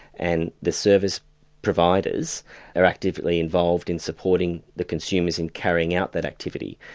and the service providers are actively involved in supporting the consumers in carrying out that activity.